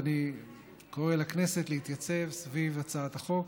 ואני קורא לכנסת להתייצב סביב הצעת החוק.